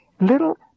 little